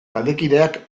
taldekideak